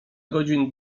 godzin